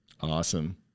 Awesome